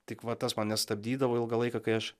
tik va tas mane stabdydavo ilgą laiką kai aš